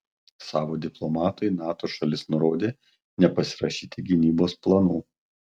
savo diplomatui nato šalis nurodė nepasirašyti gynybos planų